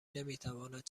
نمیتواند